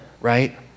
right